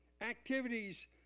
activities